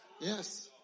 Yes